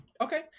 Okay